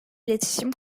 iletişim